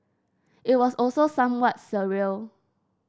it was also somewhat surreal